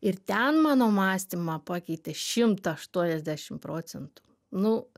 ir ten mano mąstymą pakeitė šimtą aštuoniasdešimt procentų nu